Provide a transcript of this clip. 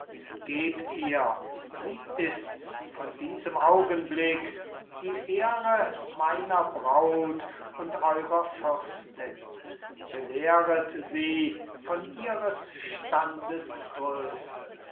gebt ihr sie ist's von diesem augenblick die ehre meiner braut und eurer fürstin belehret sie von ihres standes größe